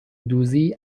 دوزی